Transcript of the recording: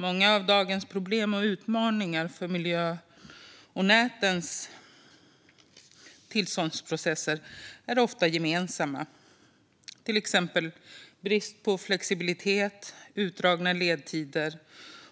Många av dagens problem och utmaningar är ofta gemensamma för miljön och för nätens tillståndsprocesser, till exempel brist på flexibilitet, utdragna ledtider